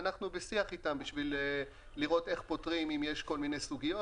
ואנחנו בשיח איתם בשביל לראות איך פותרים אם יש כל מיני סוגיות.